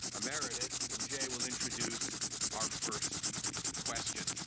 emeritus. and jay will introduce our first question.